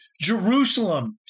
Jerusalem